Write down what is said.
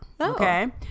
Okay